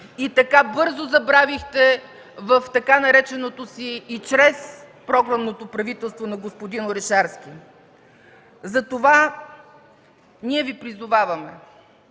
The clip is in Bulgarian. и така бързо забравихте в така нареченото си и чрез програмното правителство на господин Орешарски. Затова ние Ви призоваваме: